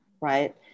right